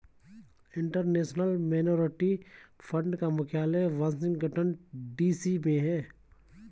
international monetary fund का मुख्यालय Washington DC में है